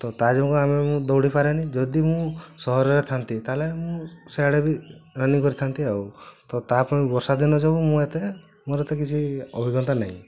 ଆଉ ତ ତା ଯୋଗୁଁ ଆମେ ମୁଁ ଦୌଡ଼ି ପାରେନି ଯଦି ମୁଁ ସହରରେ ଥାଆନ୍ତି ତାହାହେଲେ ମୁଁ ସିଆଡ଼େ ବି ରନିଙ୍ଗ୍ କରିଥାନ୍ତି ଆଉ ତ ତା ପାଇଁ ବର୍ଷାଦିନ ଯୋଗୁଁ ମୁଁ ଏତେ ମୋର ଏତେ କିଛି ଅଭିଜ୍ଞତା ନାହିଁ